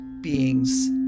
beings